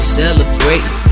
celebrating